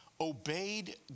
obeyed